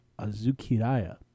Azukiraya